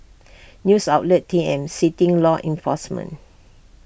news outlet T M citing law enforcement